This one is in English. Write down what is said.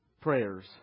prayers